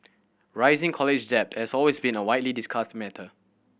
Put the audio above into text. rising college debt as always been a widely discussed matter